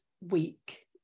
week